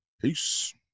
peace